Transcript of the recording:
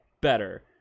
better